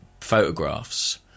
photographs